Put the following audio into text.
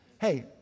Hey